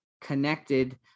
connected